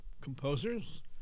composers